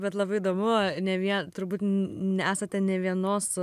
bet labai įdomu ne vie turbūt esate ne vienos